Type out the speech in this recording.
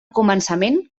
començament